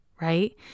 right